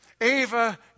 Ava